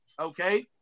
okay